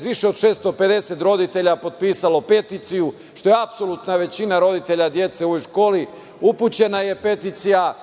više od 650 roditelja potpisalo peticiju, što je apsolutna većina roditelja dece u ovoj školi. Upućena je peticija